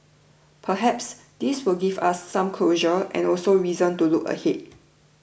perhaps this will give us some closure and also reason to look ahead